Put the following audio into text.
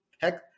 Heck